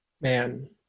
Man